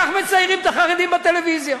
כך מציירים את החרדים בטלוויזיה.